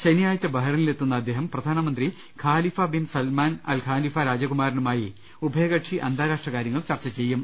ശനിയാഴ്ച ബഹറൈനി ലെത്തുന്ന അദ്ദേഹം പ്രധാനമന്ത്രി Khalifa bin Salman Al Khalifa രാജകുമാരനുമായി ഉഭയകക്ഷി അന്താരാഷ്ട്ര കാര്യങ്ങൾ ചർച്ച ചെയ്യും